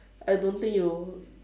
I don't think you'll